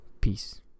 peace